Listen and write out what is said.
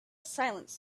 silence